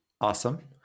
Awesome